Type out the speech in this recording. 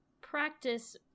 practice